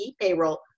Payroll